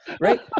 right